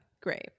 great